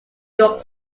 york